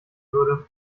würde